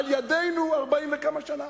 על-ידינו, 40 וכמה שנים.